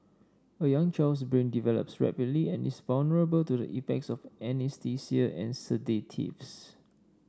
a young child's brain develops rapidly and is vulnerable to the effects of anaesthesia and sedatives